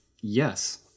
yes